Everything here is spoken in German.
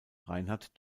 reinhard